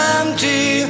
empty